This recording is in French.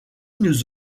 nous